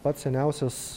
pats seniausias